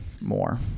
more